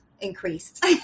increased